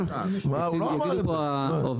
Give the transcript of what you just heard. עבודה.